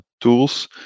tools